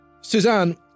Suzanne